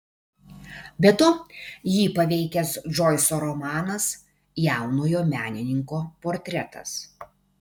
be to jį paveikęs džoiso romanas jaunojo menininko portretas